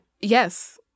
Yes